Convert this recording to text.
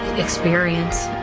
experience.